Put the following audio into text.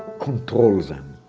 control them.